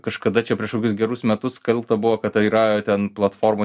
kažkada čia prieš kokius gerus metus skelbta buvo kad tai yra ten platformoj